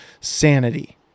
sanity